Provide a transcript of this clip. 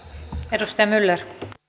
arvoisa